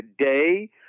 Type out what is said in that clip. today